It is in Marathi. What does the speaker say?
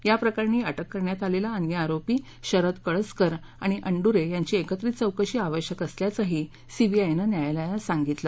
या प्रकरणात अटक करण्यात आलेला अन्य आरोपी शरद कळसकर आणि अणदुरे यांची एकत्रित चौकशी आवश्यक असल्याचंही सीबीआयनं न्यायालयाला सांगितलं